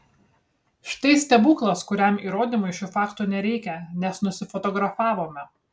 štai stebuklas kuriam įrodymui šių faktų nereikia nes nusifotografavome